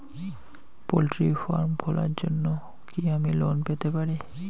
Poultry farm খোলার জন্য কি আমি লোন পেতে পারি?